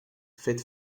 fet